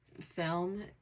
film